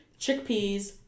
chickpeas